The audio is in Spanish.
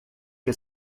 que